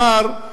הוא אמר,